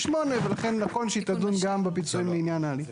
ולכן נכון שהיא תדון גם בפיצויים לעניין ההליך.